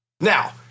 Now